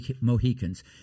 Mohicans